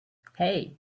hey